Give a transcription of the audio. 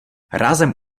rázem